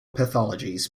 pathologies